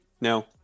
no